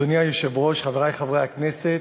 אדוני היושב-ראש, חברי חברי הכנסת,